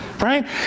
right